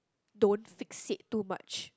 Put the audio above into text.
don't fixate too much